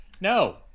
No